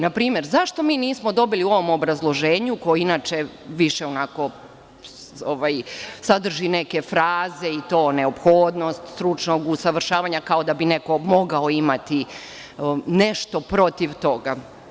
Na primer, zašto mi nismo dobili u ovom obrazloženju koje inače više sadrži neke fraze, neophodnost stručnog usavršavanja kao da bi neko mogao imati nešto protiv tog.